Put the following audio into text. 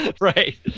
Right